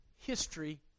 history